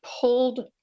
pulled